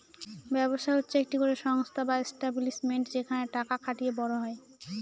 ব্যবসা হচ্ছে একটি করে সংস্থা বা এস্টাব্লিশমেন্ট যেখানে টাকা খাটিয়ে বড় হয়